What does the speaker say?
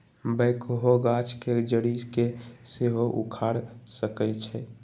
backhoe गाछ के जड़ी के सेहो उखाड़ सकइ छै